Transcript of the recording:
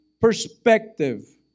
perspective